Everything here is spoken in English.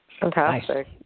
Fantastic